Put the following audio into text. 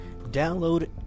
Download